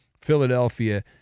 Philadelphia